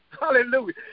Hallelujah